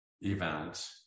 event